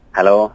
Hello